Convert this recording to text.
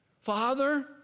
father